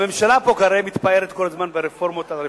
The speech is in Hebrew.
והממשלה פה הרי מתפארת כל הזמן ברפורמות על רפורמות.